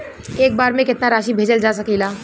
एक बार में केतना राशि भेजल जा सकेला?